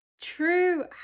True